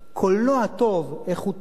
קולנוע טוב, איכותי,